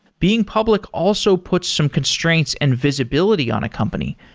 being public also put some constraints and visibility on a company,